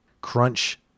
crunch